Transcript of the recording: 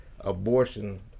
abortion